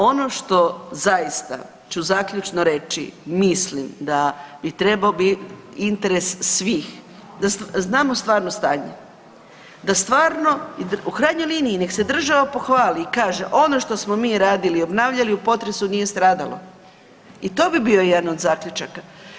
Ono što zaista ću zaključno reći, mislim da bi trebao biti interes svih da znamo stvarno stanje, da stvarno u krajnjoj liniji neka se država pohvali i kaže ono što smo mi radili i obnavljali u potresu nije stradalo i to bi bio jedan od zaključaka.